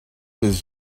his